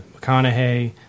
McConaughey